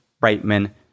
Brightman